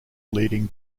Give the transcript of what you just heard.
leading